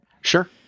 sure